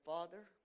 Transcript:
Father